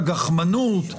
הגחמנות,